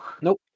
Nope